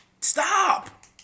Stop